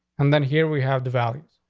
and then here we have the values,